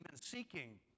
seeking